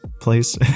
place